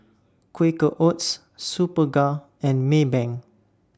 Quaker Oats Superga and Maybank